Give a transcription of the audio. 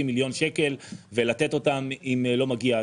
מיליון שקלים ולתת אותם אם לא מגיע,